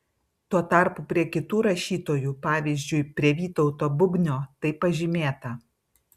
tuo tarpu prie kitų rašytojų pavyzdžiui prie vytauto bubnio tai pažymėta